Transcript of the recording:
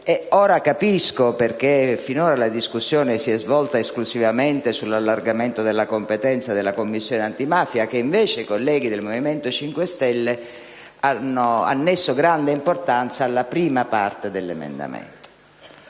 Ora capisco per quale motivo finora la discussione si sia svolta esclusivamente sull'allargamento della competenza della Commissione antimafia e invece i colleghi del Movimento 5 Stelle hanno annesso grande importanza alla prima parte dell'emendamento